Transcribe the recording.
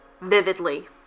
Vividly